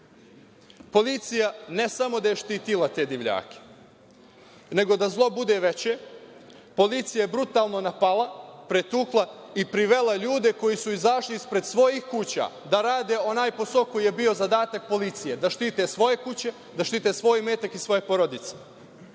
Policija ne samo da je štitila te divljake, nego da zlo bude veće, policija je brutalno napala, pretukla i privela ljude koji su izašli ispred svojih kuća da rade onaj posao koji je bio zadatak policije, da štite svoje kuće, svoj imetak i svoje porodice. Mi